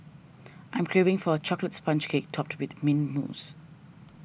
I am craving for a Chocolate Sponge Cake Topped with Mint Mousse